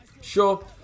Sure